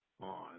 on